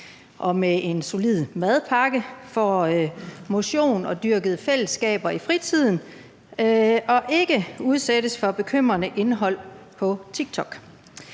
og med en solid madpakke, får dyrket motion og fællesskaber i fritiden og ikke udsættes for bekymrende indhold på TikTok.